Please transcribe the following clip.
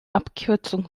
abkürzung